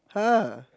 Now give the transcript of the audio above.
!huh!